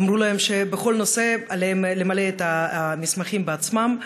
אמרו להם שבכל נושא עליהם למלא את המסמכים בעצמם,